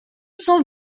cent